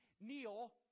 kneel